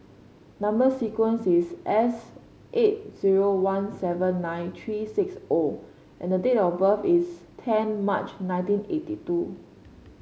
number sequence is S eight zero one seven nine three six O and the date of birth is ten March nineteen eighty two